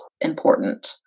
important